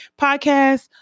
podcast